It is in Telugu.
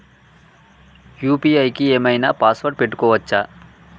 యూ.పీ.ఐ కి ఏం ఐనా పాస్వర్డ్ పెట్టుకోవచ్చా?